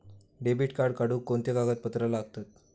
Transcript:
Debit card काढुक कोणते कागदपत्र लागतत?